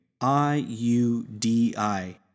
I-U-D-I